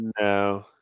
No